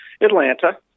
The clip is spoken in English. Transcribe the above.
Atlanta